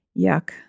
yuck